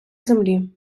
землі